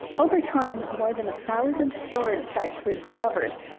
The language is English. over time, more than a thousand storage sites were discovered,